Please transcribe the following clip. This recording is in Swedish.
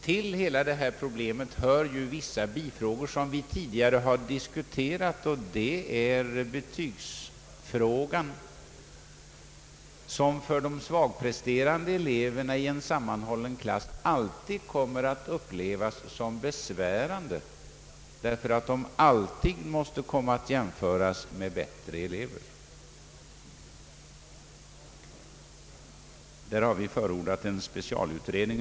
Till hela detta problemkomplex hör vissa andra frågor som tidigare har diskuterats, bl.a. betygsfrågan som för de svagpresterande eleverna i en sammanhållen klass alltid kommer att upplevas som besvärande därför att de alltid jämförs med bättre elever. På det området har vi förordat en specialutredning.